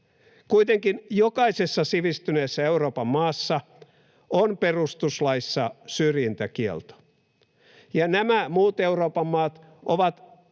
Kuitenkin jokaisessa sivistyneessä Euroopan maassa on perustuslaissa syrjintäkielto, ja nämä muut Euroopan maat ovat